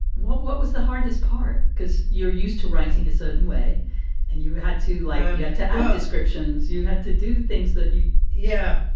what what was the hardest part? because you're used to writing a certain way and you had to, like, um yeah add descriptions. you had to do things that you yeah,